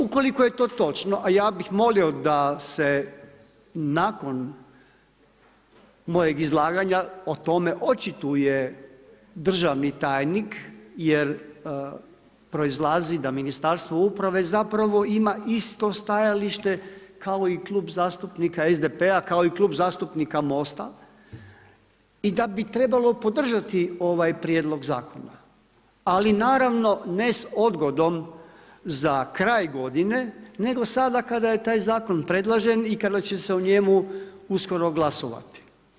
Ukoliko je to točno, a ja bih molio da se nakon mojeg izlaganja o tome očituje državni tajnik, jer proizlazi da Ministarstvo uprave zapravo ima isto stajalište kao i Klub zastupnika SDP-a kao i Klub zastupnika Most-a i da bi trebalo podržati ovaj prijedlog zakona, ali naravno ne s odgodom za kraj godine nego sada kada je taj zakon predložen i kada će se o njemu uskoro glasovati.